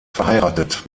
verheiratet